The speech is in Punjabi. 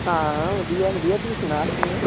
ਹਾਂ ਵਧੀਆ ਵਧੀਆ ਤੂੰ ਸੁਣਾ ਕਿਵੇਂ ਹੈ